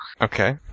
Okay